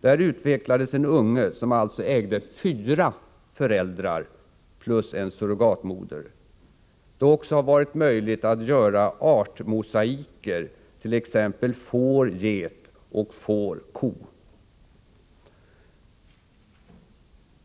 Där utvecklades en unge som alltså ägde fyra föräldrar plus en surrogatmoder. Det är också möjligt att göra artmosaiker, t.ex. får-get och får-ko.